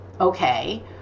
Okay